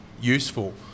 useful